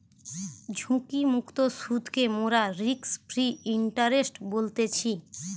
ঝুঁকিমুক্ত সুদকে মোরা রিস্ক ফ্রি ইন্টারেস্ট বলতেছি